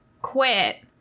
quit